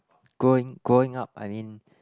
going going up I mean